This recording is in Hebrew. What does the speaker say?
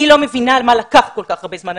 אני לא מבינה מה לקח על כך הרבה זמן.